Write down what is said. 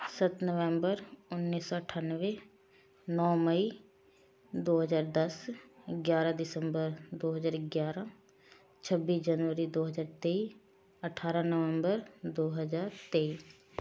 ਸੱਤ ਨਵੰਬਰ ਉੱਨੀ ਸੌ ਅਠਾਨਵੇਂ ਨੌ ਮਈ ਦੋ ਹਜ਼ਾਰ ਦਸ ਗਿਆਰ੍ਹਾਂ ਦਿਸੰਬਰ ਦੋ ਹਜ਼ਾਰ ਗਿਆਰ੍ਹਾਂ ਛੱਬੀ ਜਨਵਰੀ ਦੋ ਹਜ਼ਾਰ ਤੇਈ ਅਠਾਰ੍ਹਾਂ ਨਵੰਬਰ ਦੋ ਹਜ਼ਾਰ ਤੇਈ